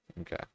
Okay